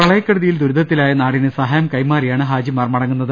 പ്രളയക്കെടുതിയിൽ ദുരിതത്തിലായ നാടിന് സഹായം കൈമാറിയാണ് ഹാജിമാർ മടങ്ങുന്നത്